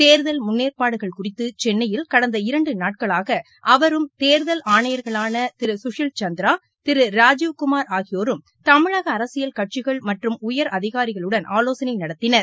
தேர்தல் முன்னேற்பாடுகள் குறித்து சென்னையில் கடந்த இரண்டு நாட்களாக அவரும் தேர்தல் ஆணையர்களான திரு சுஷில் சந்திரா திரு ராஜீவ் குமார் ஆகிபோரும் தமிழக அரசியல் கட்சிகள் மற்றம் உயரதிகாரிகளுடன் ஆலோசனை நடத்தினர்